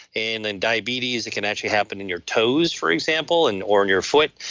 and then diabetes. it can actually happen in your toes, for example, and or in your foot,